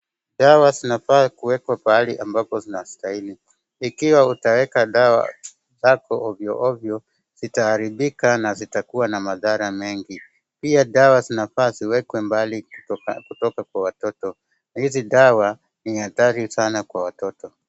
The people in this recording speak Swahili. Dawa zinafaa kuwekwa pahali ambapo zinastahili. Ikiwa utaeka dawa zako ovyoovyo, zitaaribika na zitakuwa na madhara mengi. Pia dawa zinafaa ziwekwe mbali kutoka kwa watoto. Hizi dawa ni hatari sana kwa watoto.